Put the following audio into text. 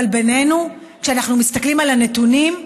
אבל בינינו, כשאנחנו מסתכלים על הנתונים,